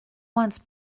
once